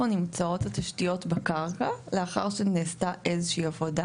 נמצאות התשתיות בקרקע לאחר שנעשתה איזה שהיא עבודה.